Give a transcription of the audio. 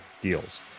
deals